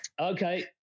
Okay